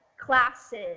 classes